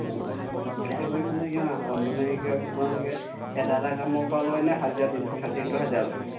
মিলাই কৰি মানে কিমান মানে কি কয় আপোনালোকে এটা এটা কামৰ পৰা লয় নে হাজিৰা দিনটো হা দিনটোৰ হাজিৰা লয়